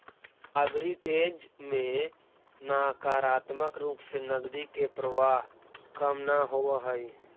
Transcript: arbitrage में नकारात्मक रूप से नकदी के प्रवाह कम न होवऽ हई